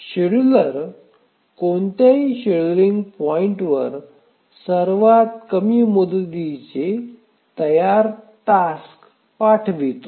scheduler कोणत्याही शेड्यूलिंग पॉईंटवर सर्वात कमी मुदतीचे तयार टास्क पाठवते